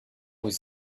his